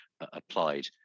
applied